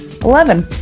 Eleven